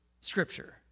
Scripture